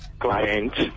client